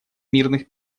мирных